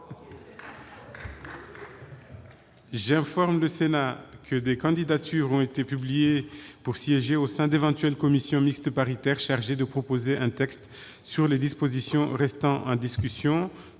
J'informe le Sénat que des candidatures ont été publiées pour siéger au sein d'éventuelles commissions mixtes paritaires chargées de proposer un texte sur les dispositions restant en discussion,